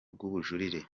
rw’ubujurire